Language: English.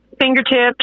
fingertips